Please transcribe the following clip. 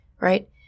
right